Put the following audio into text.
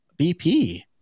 BP